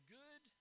good